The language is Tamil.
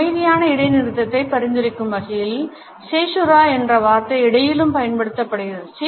ஒரு அமைதியான இடைநிறுத்தத்தை பரிந்துரைக்கும் வகையில் Caesura என்ற வார்த்தை இசையிலும் பயன்படுத்தப்படுகிறது